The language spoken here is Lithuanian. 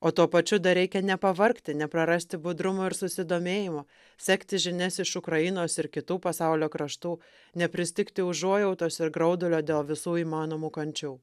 o tuo pačiu dar reikia nepavargti neprarasti budrumo ir susidomėjimo sekti žinias iš ukrainos ir kitų pasaulio kraštų nepristigti užuojautos ir graudulio dėl visų įmanomų kančių